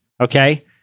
okay